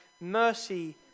mercy